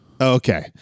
Okay